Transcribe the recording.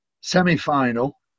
semi-final